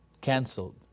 canceled